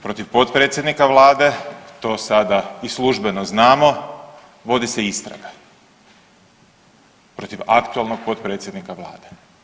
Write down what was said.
Protiv potpredsjednika Vlade to sada i službeno znamo vodi se istraga, protiv aktualnog potpredsjednika Vlade.